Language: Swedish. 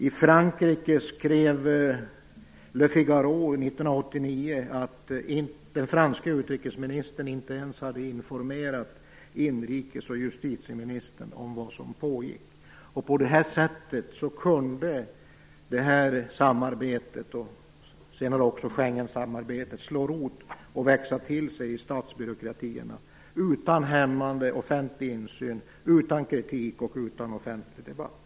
I Frankrike skrev Le Figaro i mitten av 1989 att den franska utrikesministern inte ens hade informerat inrikes och justititeminstrarna om vad som pågick. På det sättet kunde samarbetet, och senare också Schengensamarbetet, slå rot och växa till sig i statsbyråkratierna utan hämmande offentlig insyn, utan kritik och utan offentlig debatt.